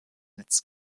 netz